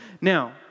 Now